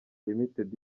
limited